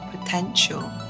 potential